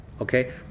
okay